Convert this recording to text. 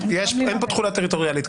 אין פה תחולה טריטוריאלית,